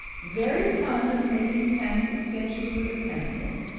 very fond of making fancy-sketches with a pencil,